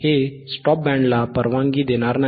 हे स्टॉप बँडला परवानगी देणार नाही